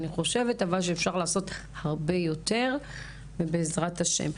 אני חושבת שאפשר לעשות הרבה יותר ובעזרת ה'.